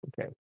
Okay